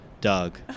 Doug